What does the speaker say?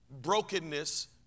brokenness